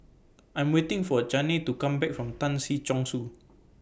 I'm waiting For Chaney to Come Back from Tan Si Chong Su